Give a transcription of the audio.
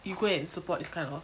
you go and support this kind of